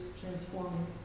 transforming